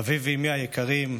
אבי ואימי היקרים,